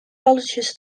balletjes